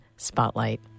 Spotlight